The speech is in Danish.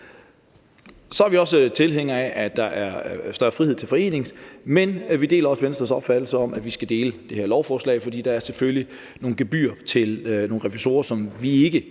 Så er vi også tilhængere af, at der er større frihed til foreninger, men vi deler også Venstres opfattelse om, at man skal dele det her lovforslag. For der er selvfølgelig nogle gebyrer til nogle revisorer, som vi ikke